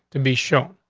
to be shown.